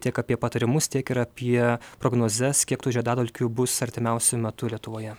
tiek apie patarimus tiek ir apie prognozes kiek tų žiedadulkių bus artimiausiu metu lietuvoje